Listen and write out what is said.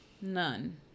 None